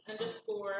underscore